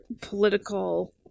political